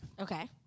Okay